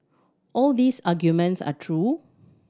all these arguments are true